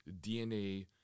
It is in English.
DNA